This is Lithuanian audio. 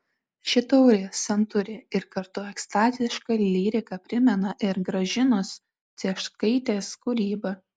ši tauri santūri ir kartu ekstaziška lyrika primena ir gražinos cieškaitės kūrybą